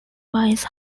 buys